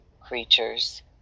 creatures